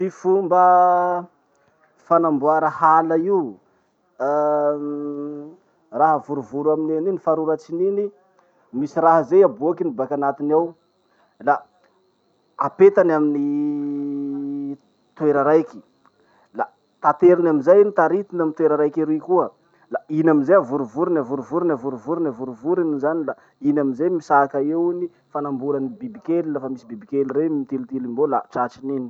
Ty fomba fanamboara hala io: raha vorovoro aminy eny iny, faroratsin'iny, misy raha zay aboakiny baka anatiny ao, la apetany amin'ny toera raiky. La tateriny amizay iny taritiny amy toera raiky ery koa. La iny amizay avorovorony avorovorony avorovorony avorovorony zany la iny amizay misaka io fanaorany bibikely, fa misy bibikely reo hombeo la tratrin'iny.